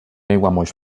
aiguamolls